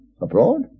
Abroad